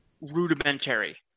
rudimentary